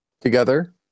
together